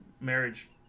marriage